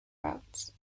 routes